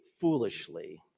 foolishly